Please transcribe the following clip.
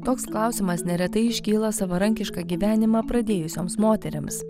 toks klausimas neretai iškyla savarankišką gyvenimą pradėjusioms moterims